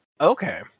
Okay